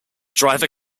driver